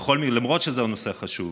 למרות שזה נושא חשוב.